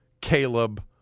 Caleb